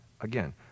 Again